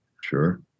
sure